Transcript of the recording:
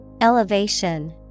Elevation